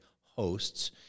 hosts